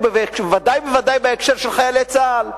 ובוודאי ובוודאי בהקשר של חיילי צה"ל.